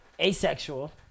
Asexual